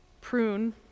Prune